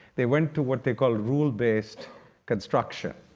they went to what they called rule based construction,